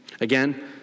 Again